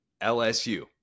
LSU